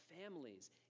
families